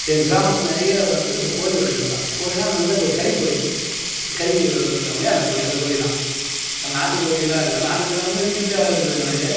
எங்கள் கிராமத்தில் நிறைய வந்து இந்த கோழி வளர்க்கறது தான் கோழின்னால் அந்த இந்த கோழி கறி கோழி கறி வெட்டுவாங்க இல்லையா அந்த கோழி அந்த கோழி தான் நாட்டு கோழி எல்லாம் இல்லை நாட்டு கோழி எல்லாம் வந்து வீட்டுக்கிட்டே வளர்க்குறது அது கணக்கு